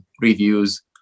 reviews